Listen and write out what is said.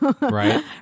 Right